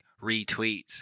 retweets